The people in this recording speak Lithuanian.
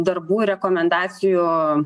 darbų ir rekomendacijų